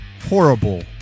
horrible